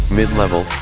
mid-level